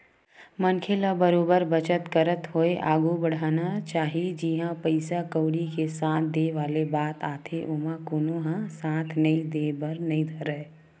मनखे ल बरोबर बचत करत होय आघु बड़हना चाही जिहाँ पइसा कउड़ी के साथ देय वाले बात आथे ओमा कोनो ह साथ नइ देय बर नइ धरय